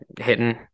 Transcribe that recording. hitting